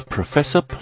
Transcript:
Professor